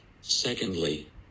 Secondly